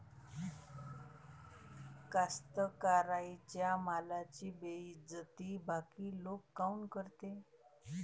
कास्तकाराइच्या मालाची बेइज्जती बाकी लोक काऊन करते?